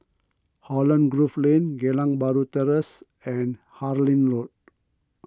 Holland Grove Lane Geylang Bahru Terrace and Harlyn Road